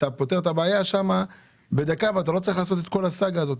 אתה פותר את הבעיה שם בדקה ואתה לא צריך לעשות את כל הסאגה הזאת.